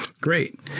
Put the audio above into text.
great